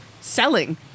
selling